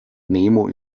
nemo